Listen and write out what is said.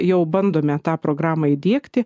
jau bandome tą programą įdiegti